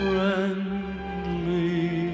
Friendly